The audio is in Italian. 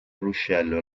ruscello